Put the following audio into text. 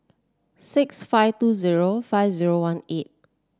six five two zero five zero one eight